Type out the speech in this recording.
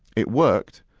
it worked,